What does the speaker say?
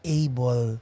able